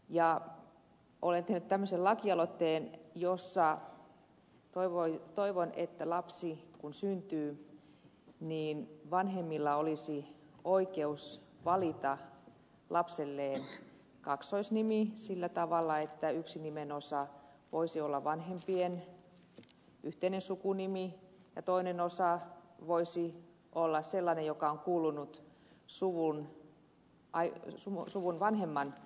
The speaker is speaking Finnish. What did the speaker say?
olen tehnyt tämmöisen lakialoitteen jossa toivon että kun lapsi syntyy vanhemmilla olisi oikeus valita lapselleen kaksoisnimi sillä tavalla että yksi nimenosa voisi olla vanhempien yhteinen sukunimi ja toinen osa voisi olla sellainen joka on kuulunut suvun vanhemmalle polvelle